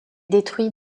détruit